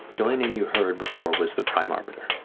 the only name you heard before was the prime arbiter.